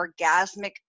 orgasmic